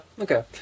okay